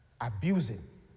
abusing